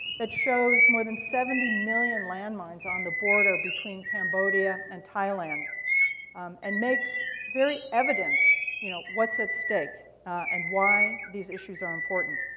that shows more than seventy million land mines on the border between cambodia and thailand um and makes very evident you know what's at stake and why these issues are important.